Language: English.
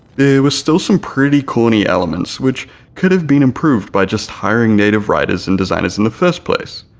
there was still some pretty corny elements which could have been improved by just hiring native writers and designers in the first place.